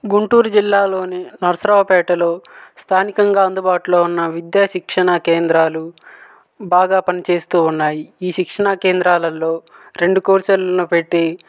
గుంటూరు జిల్లాలోని నరసరావు పేటలో స్థానికంగా అందుబాటులో ఉన్న విధ్యా శిక్షణా కేంద్రాలు బాగా పని చేస్తూ ఉన్నాయి ఈ శిక్షణా కేంద్రాలలో రెండు కోర్సులును పెట్టి